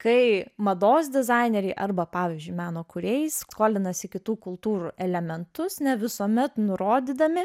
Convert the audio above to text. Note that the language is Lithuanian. kai mados dizaineriai arba pavyzdžiui meno kūrėjai skolinasi kitų kultūrų elementus ne visuomet nurodydami